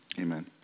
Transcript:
amen